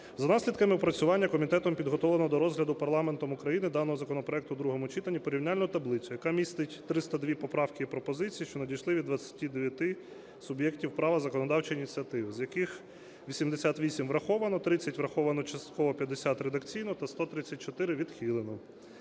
За наслідками опрацювання комітетом підготовлено до розгляду парламентом України даного законопроекту у другому читанні порівняльну таблицю, яка містить 302 поправки і пропозиції, що надійшли від 29 суб'єктів права законодавчої ініціативи, з яких 88 враховано, 30 враховано частково, 50 – редакційно та 134 відхилено.